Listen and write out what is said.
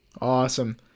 awesome